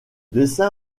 dessin